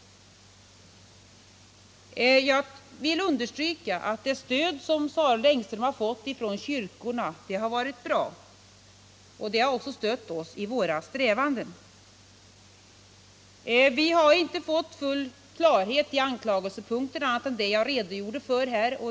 Jag vill understryka att det stöd som Sareld och Engström har fått från kyrkorna har varit bra. Det har också stött oss i våra strävanden. Vi har inte fått full klarhet i anklagelsepunkterna på annat sätt än som jag har redogjort för här.